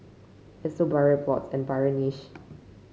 it sold burial plots and burial niches